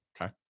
Okay